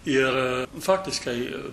ir faktiškai